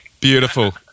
Beautiful